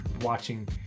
watching